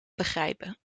begrijpen